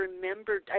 remembered